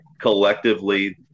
collectively